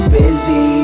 busy